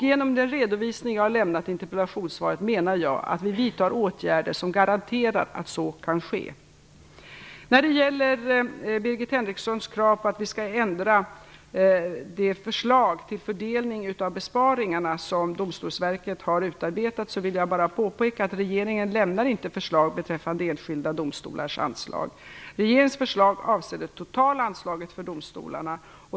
Genom den redovisning som jag har lämnat i interpellationssvaret menar jag att vi vidtar åtgärder som garanterar att så kan ske. När det gäller Birgit Henrikssons krav på ändring av det förslag till fördelning av besparingarna som Domstolsverket har utarbetat vill jag bara påpeka att regeringen inte lämnar förslag beträffande enskilda domstolars anslag. Regeringens förslag avser det totala anslaget för domstolarna.